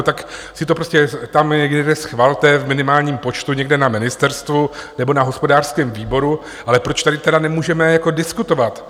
Tak si to prostě tam někde schvalte v minimálním počtu někde na ministerstvu nebo na hospodářském výboru, ale proč tady tedy nemůžeme diskutovat?